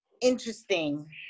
Interesting